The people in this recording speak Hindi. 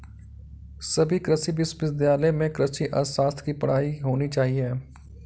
सभी कृषि विश्वविद्यालय में कृषि अर्थशास्त्र की पढ़ाई होनी चाहिए